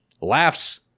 laughs